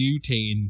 butane